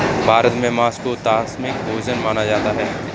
भारत में माँस को तामसिक भोजन माना जाता है